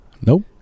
Nope